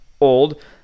old